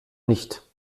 nicht